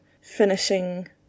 finishing